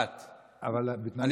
אני אעשה את זה ממש מהר.